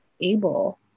able